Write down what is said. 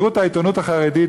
תראו את העיתונות החרדית,